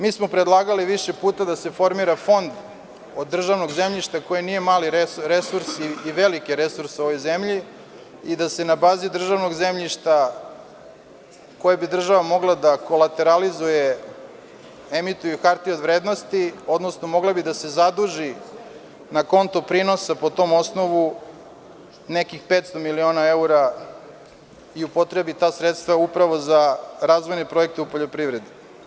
Mi smo predlagali više puta da se formira fond od državnog zemljišta koji nije mali resurs i veliki resurs u ovoj zemlji, i da se na bazi državnog zemljišta koje bi država moglada kolateralizuje, emituju hartije od vrednosti, odnosno mogla bi da se zaduži na kontu prinosa po tom osnovu u nekih 500 miliona eura i upotrebi ta sredstva upravo za razvojne projekte u poljoprivredi.